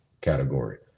category